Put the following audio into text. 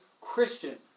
Christian